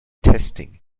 testing